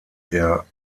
der